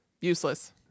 Useless